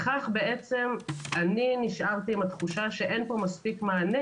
לכך בעצם אני נשארתי עם התחושה שאין פה מספיק מענה.